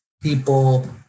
people